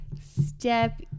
Step